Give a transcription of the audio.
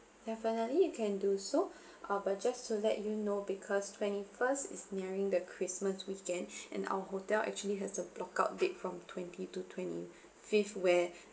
definitely you can do so uh but just to let you know because twenty first is nearing the christmas weekend and our hotel actually has a block out date from twenty to twenty fifth where